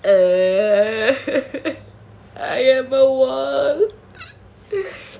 err I am a wall